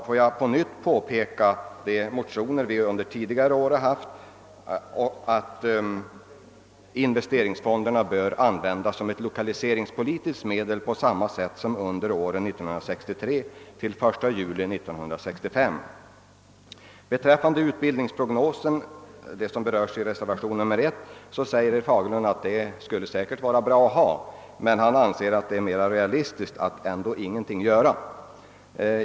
Får jag på nytt peka på de motioner som vi under tidigare år väckt och som innehåller förslag om att investeringsfonderna bör användas som lokaliseringspolitiskt medel på samma sätt som under tiden 1 januari 1963 till den 1 juli 1965. Vad beträffar frågan om utbildningsprognoserna, som berörs i reservationen nr 1 till statsutskottets utlåtande nr 58, säger herr Fagerlund att sådana sä kert skulle vara bra att ha. Men han anser att det är mer realistiskt att ändå ingenting göra.